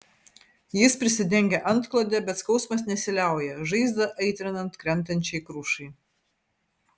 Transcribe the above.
jis prisidengia antklode bet skausmas nesiliauja žaizdą aitrinant krentančiai krušai